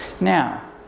Now